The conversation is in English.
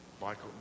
Michael